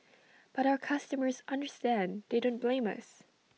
but our customers understand they don't blame us